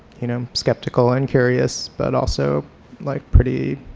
you know skeptical and curious, but also like pretty